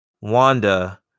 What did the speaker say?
Wanda